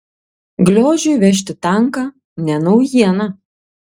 gliožiui vežti tanką ne naujiena